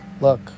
look